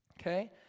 Okay